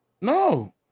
No